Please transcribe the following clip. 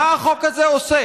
מה החוק הזה עושה?